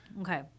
Okay